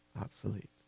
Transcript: obsolete